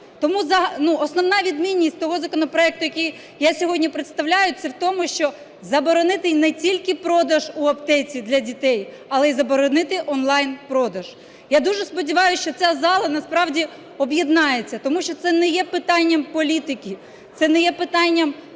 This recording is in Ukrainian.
Тому основна відмінність того законопроекту, який я сьогодні представляю, це в тому, щоб заборонити і не тільки продаж у аптеці для дітей, але і заборонити онлайн-продаж. Я дуже сподіваюсь, що ця зала насправді об'єднається, тому що це не є питанням політики, це не є питанням